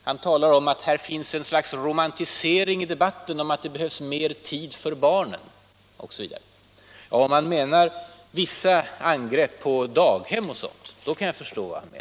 Han talar om att här finns ett slags romantisering i debatten om att det behövs mer tid för barnen osv. Om herr Svensson avser vissa angrepp på daghem m.m., kan jag förstå honom.